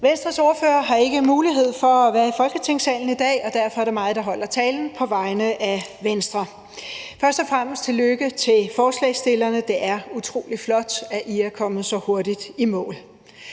Venstres ordfører har ikke mulighed for at være i Folketingssalen i dag, og derfor er det mig, der holder talen på vegne af Venstre. Først og fremmest tillykke til forslagsstillerne. Det er utrolig flot, at I er kommet så hurtigt i mål.